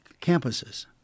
campuses